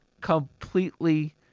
completely